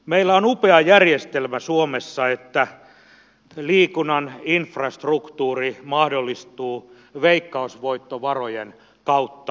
meillä on upea järjestelmä suomessa että liikunnan infrastruktuuri mahdollistuu veikkausvoittovarojen kautta